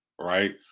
right